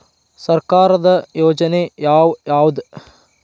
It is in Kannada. ಸರ್ಕಾರದ ಯೋಜನೆ ಯಾವ್ ಯಾವ್ದ್?